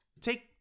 Take